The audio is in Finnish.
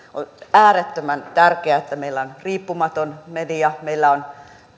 äärettömän tärkeää että meillä on riippumaton media meillä on